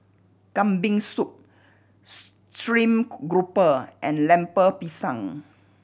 Kambing Soup stream grouper and Lemper Pisang